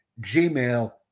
Gmail